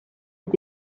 est